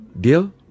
Deal